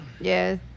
Yes